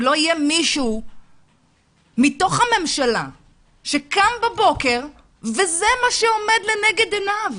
שלא יהיה מישהו מתוך הממשלה שקם בבוקר וזה מה שעומד לנגד עיניו,